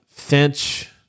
Finch